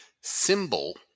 symbol